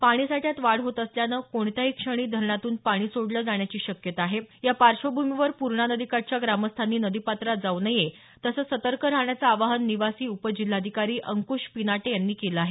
पाणीसाठ्यात वाढ होत असल्याने कोणत्याही क्षणी धरणातून पाणी सोडलं जाण्याची शक्यता आहे या पार्श्वभूमीवर पूर्णा नदीकाठच्या ग्रामस्थांनी नदीपात्रात जाऊ नये तसंच सतर्क राहण्याचं आवाहन निवासी उपजिल्हाधिकारी अंकुश पिनाटे यांनी केलं आहे